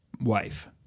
wife